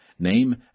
name